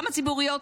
גם הציבוריות,